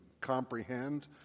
comprehend